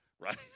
right